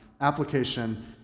application